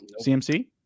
CMC